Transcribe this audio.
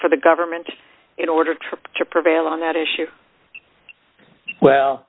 for the government in order trip to prevail on that issue well